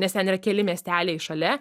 nes ten yra keli miesteliai šalia